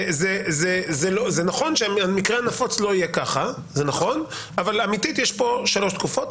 זה נכון שהמקרה הנפוץ לא יהיה כך אבל אמיתית יש כאן שלוש תקופות.